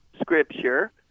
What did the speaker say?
Scripture